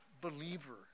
believer